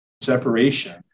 separation